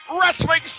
Wrestling